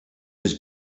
was